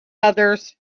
others